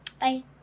Bye